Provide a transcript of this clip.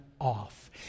off